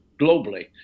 globally